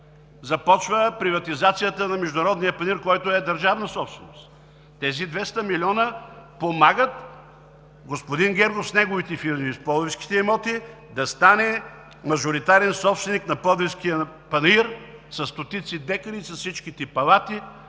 започва приватизацията на Международния панаир, който е държавна собственост! Тези 200 милиона помагат господин Гергов с неговите фирми и с пловдивските имоти да стане мажоритарен собственик на Пловдивския панаир със стотици декари и с всичките палати